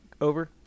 Over